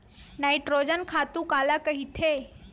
Nitrogen खातु काला कहिथे?